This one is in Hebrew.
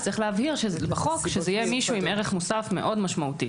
אז צריך להבהיר בחוק שזה יהיה מישהו עם ערך מוסף מאוד משמעותי.